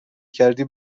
کردی